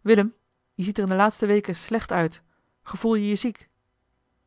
willem je ziet er in de laatste weken slecht uit gevoel je je ziek